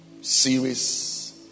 series